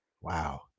Wow